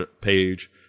page